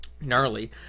Gnarly